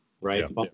right